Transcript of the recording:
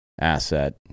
Asset